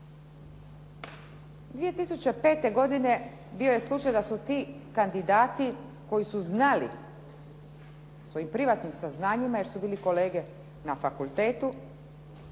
2005. godine bio je slučaj da su ti kandidati koji su znali svojim privatnim saznanjima jer su bili kolege na fakultetu